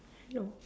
no